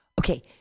Okay